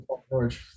George